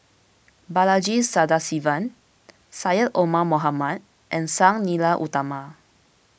Balaji Sadasivan Syed Omar Mohamed and Sang Nila Utama